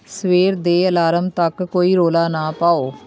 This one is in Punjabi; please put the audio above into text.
ਸਵੇਰ ਦੇ ਅਲਾਰਮ ਤੱਕ ਕੋਈ ਰੌਲਾ ਨਾ ਪਾਓ